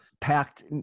packed